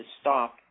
stop